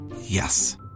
Yes